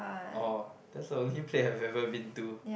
orh that's the only place I've ever been to